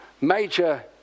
major